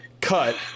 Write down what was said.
cut